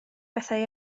bethau